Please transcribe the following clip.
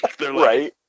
right